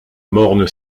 morne